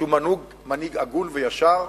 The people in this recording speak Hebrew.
שהוא מנהיג הגון וישר,